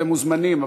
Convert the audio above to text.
אתם מוזמנים,